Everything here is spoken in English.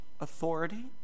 authority